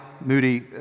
Moody